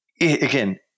again